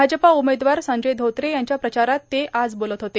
भाजपा उमेदवार संजय धोत्रे यांच्या प्रचारात ते आज बोलत होते